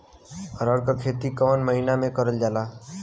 अरहर क खेती कवन महिना मे करल जाला?